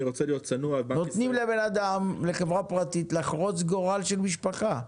אני רוצה להיות צנוע --- נותנים לחברה פרטית לחרוץ גורל של משפחה.